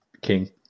King